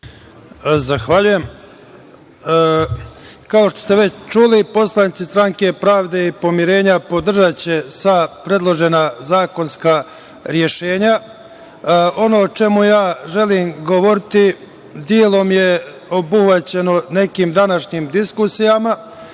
Zahvaljujem. Kao što ste već čuli, poslanici stranke Pravde i pomirenja podržaće sva predložena zakonska rešenja. Ono o čemu želim govoriti delom je obuhvaćeno nekim današnjim diskusijama,